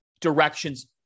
directions